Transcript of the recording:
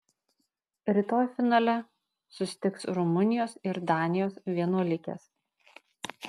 rytoj finale susitiks rumunijos ir danijos vienuolikės